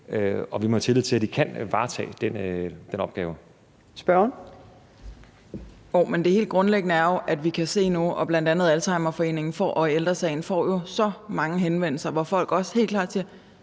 vi må have tillid til, at de kan varetage den opgave.